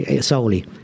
solely